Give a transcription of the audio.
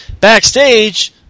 Backstage